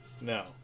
No